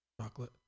chocolate